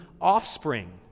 offspring